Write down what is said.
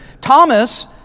Thomas